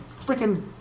freaking